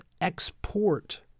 export